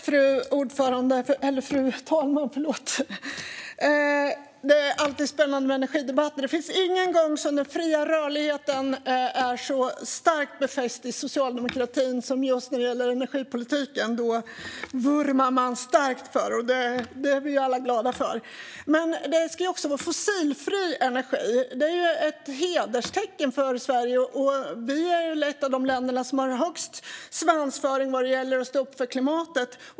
Fru talman! Det är alltid spännande med energidebatter. Det finns ingen gång som den fria rörligheten är så starkt befäst i socialdemokratin som när det gäller just energipolitiken. Då vurmar man starkt för den, och det är vi ju alla glada för. Men det ska också vara fossilfri energi. Det är ett hederstecken för Sverige, och vi är ett av de länder som har högst svansföring när det gäller att stå upp för klimatet.